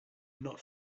not